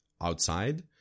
outside